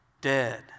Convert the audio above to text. dead